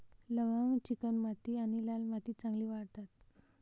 लवंग चिकणमाती आणि लाल मातीत चांगली वाढतात